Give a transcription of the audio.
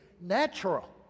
natural